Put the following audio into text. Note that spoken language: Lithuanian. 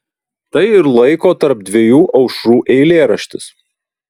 tai ir laiko tarp dviejų aušrų eilėraštis